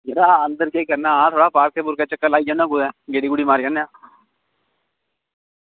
यरा अंदर केह् कराना आं कुदै पार्के ई चक्कर लाई औने आं कुदै गेड़ी मारी औन्ने आं